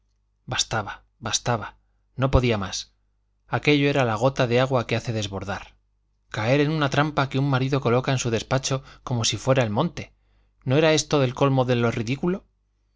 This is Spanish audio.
bastaba bastaba no podía más aquello era la gota de agua que hace desbordar caer en una trampa que un marido coloca en su despacho como si fuera el monte no era esto el colmo de lo ridículo